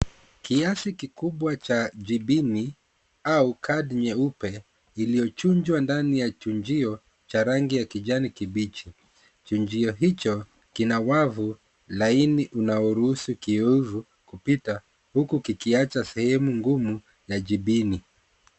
Kiasi kikubwa cha jibini au kadi nyeupe, iliyochujwa ndani ya chujio cha rangi ya kijani kibichi. Chujio hicho kina wavu laini unaoruhusu kiyoyevu kupita huku kikiacha sehemu ngumu ya jibini.